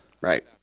Right